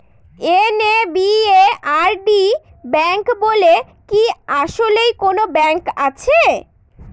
NABARD bank বলে কি আসলেই কোনো ব্যাংক আছে?